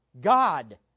God